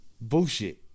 bullshit